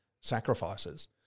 sacrifices